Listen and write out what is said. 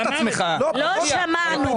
לא שמענו את התשובה.